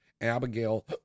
Abigail